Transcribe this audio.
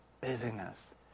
Busyness